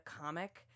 comic